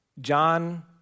John